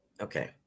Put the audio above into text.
Okay